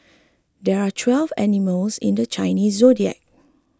there are twelve animals in the Chinese zodiac